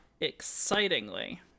Excitingly